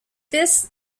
this